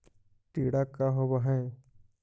टीडा का होव हैं?